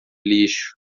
lixo